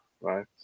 right